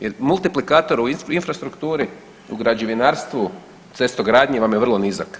Jer multiplikator u infrastrukturi, u građevinarstvu, u cestogradnji vam je vrlo nizak.